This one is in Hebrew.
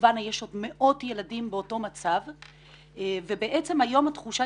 שכסילבנה יש עוד מאות ילדים באותו מצב ובעצם היום התחושה